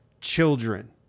children